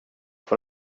får